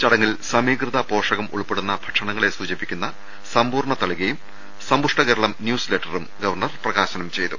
ചടങ്ങിൽ സമീകൃത പോഷകം ഉൾപ്പെടുന്ന ഭക്ഷണങ്ങളെ സൂചിപ്പിക്കുന്ന സമ്പൂർണ തളികയും സമ്പുഷ്ട കേരളം ന്യൂസ് ലെറ്ററും ഗവർണർ പ്രകാശനം ചെയ്തു